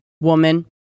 Woman